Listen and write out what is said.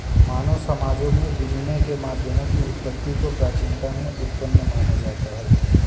मानव समाजों में विनिमय के माध्यमों की उत्पत्ति को प्राचीनता में उत्पन्न माना जाता है